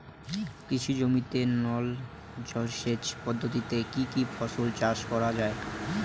কৃষি জমিতে নল জলসেচ পদ্ধতিতে কী কী ফসল চাষ করা য়ায়?